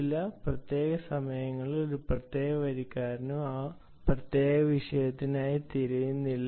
ചില പ്രത്യേക സമയങ്ങളിൽ ഒരു പ്രത്യേക വരിക്കാരനും ആ പ്രത്യേക വിഷയത്തിനായി തിരിയുന്നില്ല